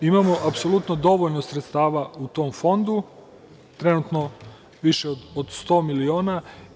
Imamo apsolutno dovoljno sredstava u tom fondu, trenutno više od 100 miliona.